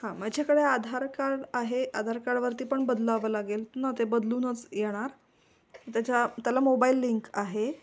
हां माझ्याकडे आधार कार्ड आहे आधार कार्डवरती पण बदलावं लागेल न ते बदलूनच येणार त्याच्या त्याला मोबाईल लिंक आहे